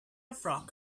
frog